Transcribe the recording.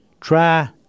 Try